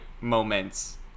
moments